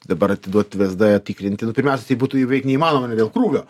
dabar atiduot vsd tikrinti nu pirmiausia tai būtų beveik neįmanoma vien dėl krūvio